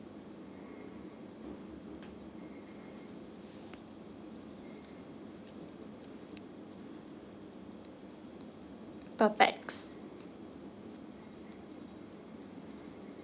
per pax